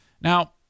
Now